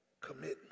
commitment